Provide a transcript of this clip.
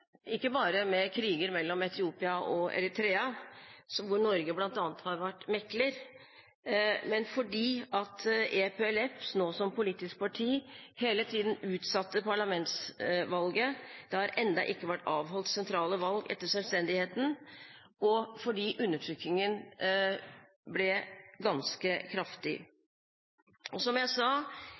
ikke bare med kriger mellom Etiopia og Eritrea, hvor Norge bl.a. har vært mekler, men fordi EPLF, nå som politisk parti, hele tiden utsatte parlamentsvalget – det har ennå ikke vært avholdt sentrale valg etter selvstendigheten – og fordi undertrykkingen ble ganske kraftig. Som jeg sa,